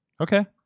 Okay